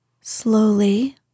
Slowly